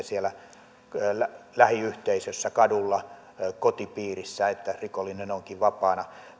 siellä lähiyhteisössä kadulla kotipiirissä että rikollinen onkin vapaana